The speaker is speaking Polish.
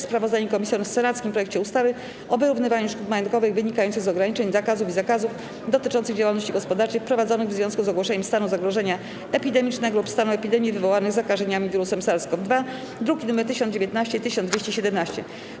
Sprawozdanie komisji o senackim projekcie ustawy o wyrównywaniu szkód majątkowych wynikających z ograniczeń, nakazów lub zakazów dotyczących działalności gospodarczej wprowadzonych w związku z ogłoszeniem stanu zagrożenia epidemicznego lub stanu epidemii wywołanych zakażeniami wirusem SARS-CoV-2, druki nr 1019 i 1217.